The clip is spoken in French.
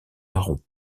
aron